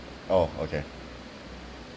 oh okay